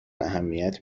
اهمیت